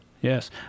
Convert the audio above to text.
Yes